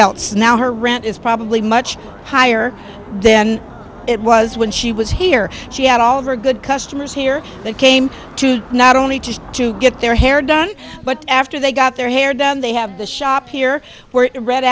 else now her rent is probably much higher then it was when she was here she had all of her good customers here they came to not only just to get their hair done but after they got their hair done they have the shop here where red